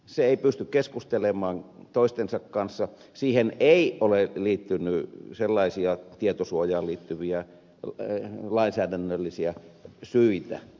se ei pysty keskustelemaan toisten tietojärjestelmien kanssa eikä sen toimimattomuuteen ole liittynyt tietosuojaan kuuluvia lainsäädännöllisiä syitä